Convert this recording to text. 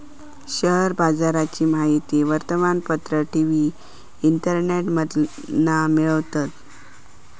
share बाजाराची माहिती वर्तमानपत्र, टी.वी, इंटरनेटमधना मिळवतत